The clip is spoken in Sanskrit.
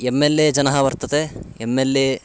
एम् एल् ए जनः वर्तते एम् एल् ए